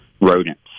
rodents